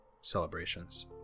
celebrations